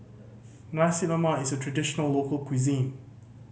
Nasi Lemak is a traditional local cuisine